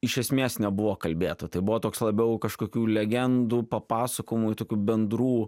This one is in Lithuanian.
iš esmės nebuvo kalbėta tai buvo toks labiau kažkokių legendų papasakojimų i tokių bendrų